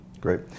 Great